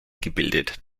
gebildet